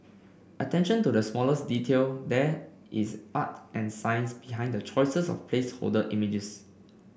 attention to the smallest detail there is art and science behind the choices of placeholder images